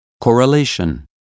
correlation